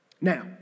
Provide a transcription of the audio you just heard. Now